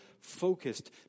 focused